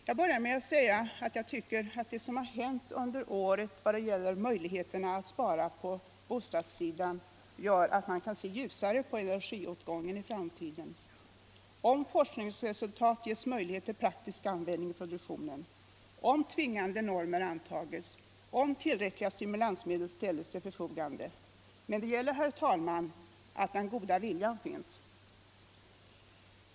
Jag började med att säga att jag tycker att det som har hänt under året vad gäller möjligheterna till besparingar på bostadsområdet gör, att vi kan se ljusare på energiåtgången i framtiden, om forskningsresultat ges möjlighet till praktisk användning i produktionen, om tvingande normer antages, om tillräckliga stimulansmedel ställes till förfogande. Men det gäller, herr talman, att den goda viljan finns.